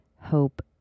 hope